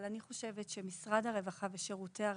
אבל אני חושבת שמשרד הרווחה ושירותי הרווחה,